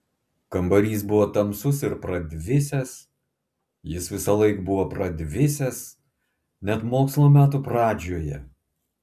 kambarys buvo tamsus ir pradvisęs jis visąlaik buvo pradvisęs net mokslo metų pradžioje